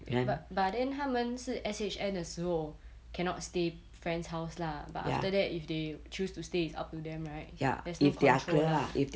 but but then 他们是 S_H_N 的时候 cannot stay friends house lah but after that if they choose to stay it's up to them right there is no control lah